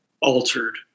altered